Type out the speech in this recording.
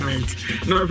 no